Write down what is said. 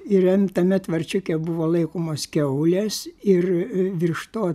ir jam tame tvarčiuke buvo laikomos kiaulės ir virš to